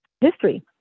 History